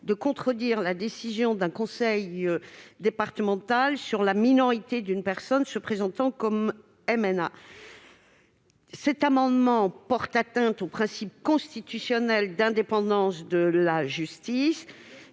de contredire la décision d'un conseil départemental sur la minorité d'une personne se présentant comme MNA. Cela porte atteinte au principe constitutionnel d'indépendance de la justice.